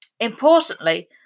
Importantly